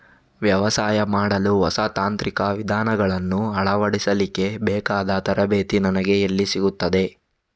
ವ್ಯವಸಾಯ ಮಾಡಲು ಹೊಸ ತಾಂತ್ರಿಕ ವಿಧಾನಗಳನ್ನು ಅಳವಡಿಸಲಿಕ್ಕೆ ಬೇಕಾದ ತರಬೇತಿ ನನಗೆ ಎಲ್ಲಿ ಸಿಗುತ್ತದೆ?